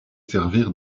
servir